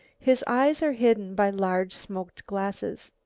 his eyes are hidden by large smoked glasses.